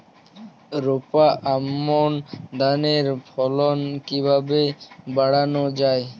রোপা আমন ধানের ফলন কিভাবে বাড়ানো যায়?